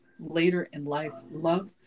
laterinlifelove